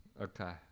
okay